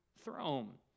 throne